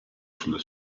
sulle